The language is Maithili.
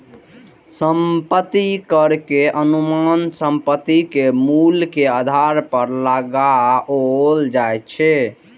संपत्ति कर के अनुमान संपत्ति के मूल्य के आधार पर लगाओल जाइ छै